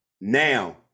now